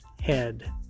head